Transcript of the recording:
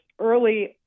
early